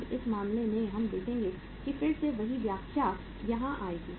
अब इस मामले में हम देखेंगे कि फिर से वही व्याख्या यहाँ आएगी